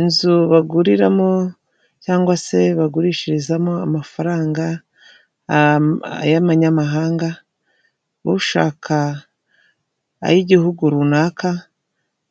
Inzu baguriramo cyangwa se bagurishirizamo amafaranga, a ay'abanyamahanga, ushaka ay'igihugu runaka,